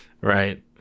Right